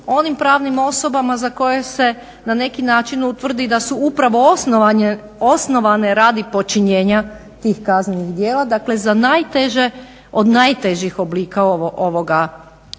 onim pravnim osobama za koje se na neki način utvrdi da su upravo osnovane radi počinjenja tih kaznenih djela, dakle za naježe od najtežih oblika ove